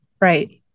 Right